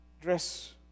Dress